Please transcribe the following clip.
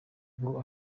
ngo